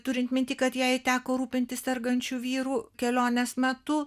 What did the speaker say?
turint minty kad jai teko rūpintis sergančiu vyru kelionės metu